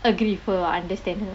agree with her uh understand her